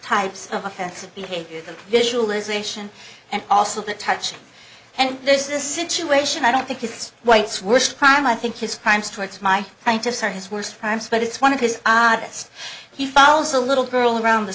types of offensive behavior the visualisation and also the touching and there's this situation i don't think it's white's worst crime i think his crimes towards my scientists are his worst crimes but it's one of his oddest he follows a little girl around the